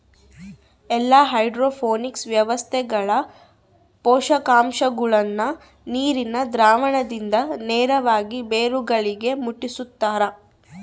ಎಲ್ಲಾ ಹೈಡ್ರೋಪೋನಿಕ್ಸ್ ವ್ಯವಸ್ಥೆಗಳ ಪೋಷಕಾಂಶಗುಳ್ನ ನೀರಿನ ದ್ರಾವಣದಿಂದ ನೇರವಾಗಿ ಬೇರುಗಳಿಗೆ ಮುಟ್ಟುಸ್ತಾರ